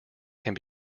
can